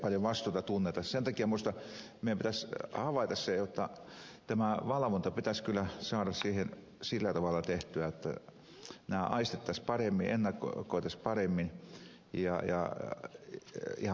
sen takia minusta meidän pitäisi havaita se jotta tämä valvonta pitäisi kyllä saada sillä tavalla tehtyä että nämä aistittaisiin paremmin ennakoitaisiin paremmin ja ihan maailmanlaajuisesti